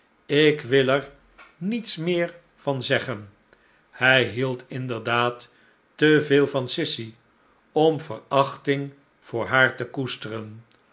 ik wil er niets meer van zeggen hij hield inderdaad te veel yan sissy om verachting voor haar te koesteren